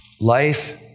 Life